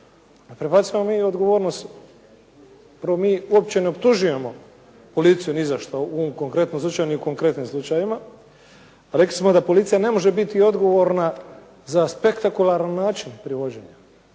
prebacujemo mi odgovornost, prvo mi uopće ne optužujemo policiju nizašto u ovom konkretno slučaju, ni u konkretnim slučajevima. Rekli smo da policija ne može biti i odgovorna za spektakularan način privođenja.